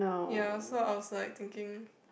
ya so I was like thinking